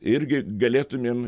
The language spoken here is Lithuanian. irgi galėtumėm